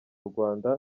rwanda